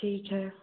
ठीक है